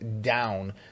down